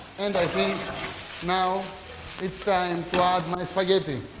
and i think now it's time to add my spaghetti.